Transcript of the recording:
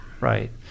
Right